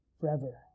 forever